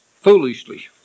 foolishly